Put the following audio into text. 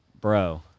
bro